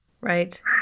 Right